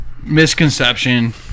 Misconception